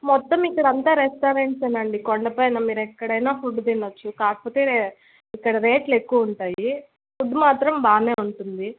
మొత్తం ఇక్కడ అంతా రెస్టారెంట్స్ నుండి కొండ పైన మీరు ఎక్కడైన ఫుడ్ తినవచ్చు కాకపోతే ఇక్కడ రేట్లు ఎక్కువ ఉంటాయి ఫుడ్ మాత్రం బాగా ఉంటుంది